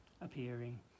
appearing